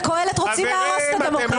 וקהלת רוצים להרוס את הדמוקרטיה.